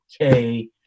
okay